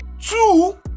two